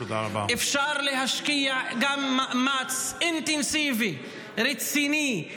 אפשר להשקיע גם מאמץ אינטנסיבי, רציני,